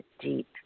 deep